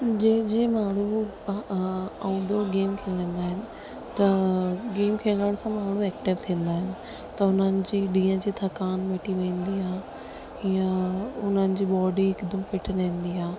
जंहिं जंहिं माण्हू आउटडोर गेम खेलींदा आहिनि त गेम खेॾण खां माण्हू एक्टिव थींदा आहिनि त उनजी ॾींहं जी थकान मिटी वेंदी आहे या उन्हनि जी बॉडी हिकदम फिट रहंदी आहे